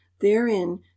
therein